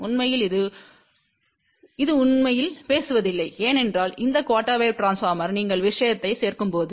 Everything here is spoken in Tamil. உண்மையில் இது உண்மையில் பேசுவதில்லை ஏனென்றால் இந்த குஆர்டெர் வேவ் ட்ரான்ஸ்போர்மர்கள் நீங்கள் விஷயத்தைச் சேர்க்கும்போது